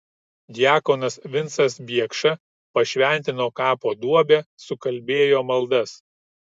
diakonas vincas biekša pašventino kapo duobę sukalbėjo maldas